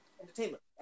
entertainment